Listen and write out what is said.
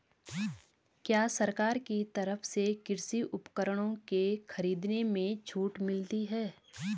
क्या सरकार की तरफ से कृषि उपकरणों के खरीदने में छूट मिलती है?